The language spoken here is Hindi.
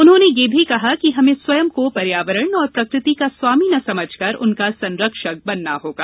उन्होंने यह भी कहा कि हमें स्वयं को पर्यावरण और प्रकृति का स्वामी न समझकर उनका संरक्षक बनना होगा